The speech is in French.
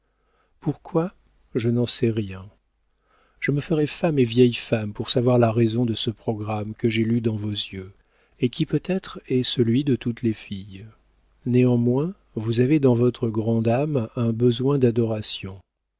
pourquoi je n'en sais rien je me ferai femme et vieille femme pour savoir la raison de ce programme que j'ai lu dans vos yeux et qui peut-être est celui de toutes les filles néanmoins vous avez dans votre grande âme un besoin d'adoration